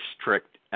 strict